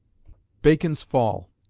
bacon's fall.